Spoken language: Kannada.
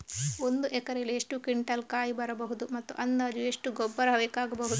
ಒಂದು ಎಕರೆಯಲ್ಲಿ ಎಷ್ಟು ಕ್ವಿಂಟಾಲ್ ಕಾಯಿ ಬರಬಹುದು ಮತ್ತು ಅಂದಾಜು ಎಷ್ಟು ಗೊಬ್ಬರ ಬೇಕಾಗಬಹುದು?